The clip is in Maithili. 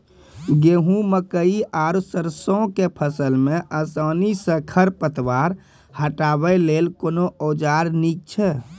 गेहूँ, मकई आर सरसो के फसल मे आसानी सॅ खर पतवार हटावै लेल कून औजार नीक है छै?